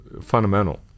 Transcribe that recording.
fundamental